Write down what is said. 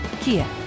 Kia